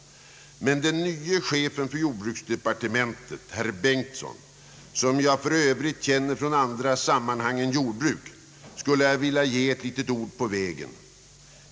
Men den nye chefen för jordbruksdepartementet herr Bengtsson, som jag för övrigt känner från andra sammanhang än jordbruk, skulle jag vilja ge ett litet ord på vägen.